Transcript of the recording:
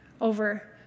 over